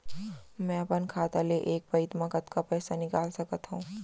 मैं अपन खाता ले एक पइत मा कतका पइसा निकाल सकत हव?